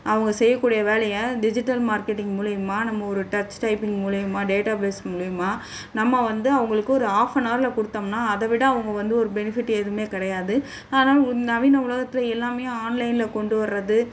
அவங்க செய்யக்கூடிய வேலையை டிஜிட்டல் மார்க்கெட்டிங் மூலியமாக நம்ம ஒரு டச் டைப்பிங் மூலியமாக டேட்டா பேஸ் மூலியமாக நம்ம வந்து அவங்களுக்கு ஒரு ஆஃப்பனாரில் கொடுத்தோம்னா அத விட அவங்க வந்து ஒரு பெனிஃபிட் எதுவுமே கிடையாது அதனால் நவீன உலகத்தில் எல்லாமே ஆன்லைனில் கொண்டு வர்றது